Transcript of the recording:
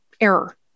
error